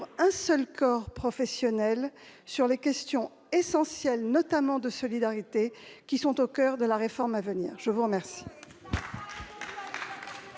un seul corps professionnel sur les questions essentielles, notamment de solidarité, qui sont au coeur de la réforme à venir. Vous n'avez